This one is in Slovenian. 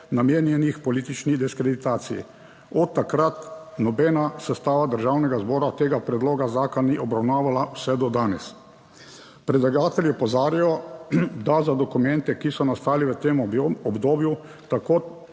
namenjenih politični diskreditaciji. Od takrat nobena sestava Državnega zbora tega predloga zakona ni obravnavala vse do danes. Predlagatelji opozarjajo, da za dokumente, ki so nastali v tem obdobju, tako